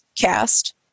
cast